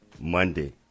Monday